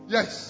Yes